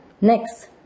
Next